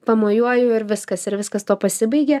pamojuoju ir viskas ir viskas tuo pasibaigia